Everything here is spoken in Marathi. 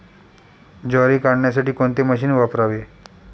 ज्वारी काढण्यासाठी कोणते मशीन वापरावे?